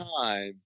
time